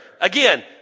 Again